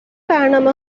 برنامه